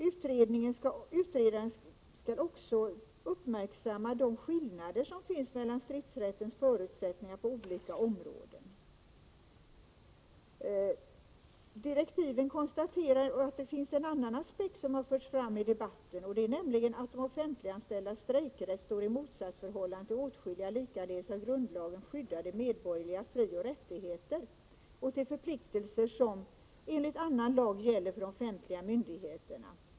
Utredaren skall också uppmärksamma de skillnader som finns mellan stridsrättens förutsättningar på olika områden. I direktiven konstateras att det finns en annan aspekt som förts fram i debatten, nämligen att de offentliganställdas strejkrätt står i ett motsatsförhållande till åtskilliga likaledes av grundlagen skyddade medborgerliga frioch rättigheter och till förpliktelser som enligt annan lag gäller för de offentliga myndigheterna.